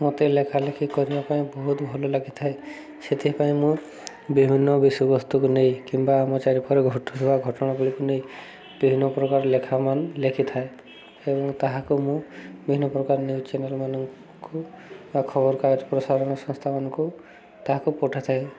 ମୋତେ ଲେଖା ଲେଖି କରିବା ପାଇଁ ବହୁତ ଭଲ ଲାଗିଥାଏ ସେଥିପାଇଁ ମୁଁ ବିଭିନ୍ନ ବିଷୟବସ୍ତୁକୁ ନେଇ କିମ୍ବା ଆମ ଚାରିପାଖେ ଘଟୁଥିବା ଘଟଣା ଗୁଡ଼ିକୁ ନେଇ ବିଭିନ୍ନ ପ୍ରକାର ଲେଖା ନ ଲେଖିଥାଏ ଏବଂ ତାହାକୁ ମୁଁ ବିଭିନ୍ନ ପ୍ରକାର ନ୍ୟୁଜ୍ ଚ୍ୟାନେଲ୍ ମାନଙ୍କୁ ବା ଖବର କାଗଜ ପ୍ରସାରଣ ସଂସ୍ଥାମାନଙ୍କୁ ତାହାକୁ ପଠାଇଥାଏ